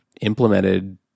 implemented